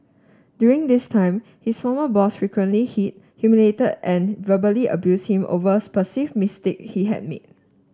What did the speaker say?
during this time his former boss frequently hit humiliated and verbally abused him over perceived mistake he had made